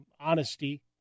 Honesty